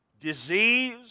Disease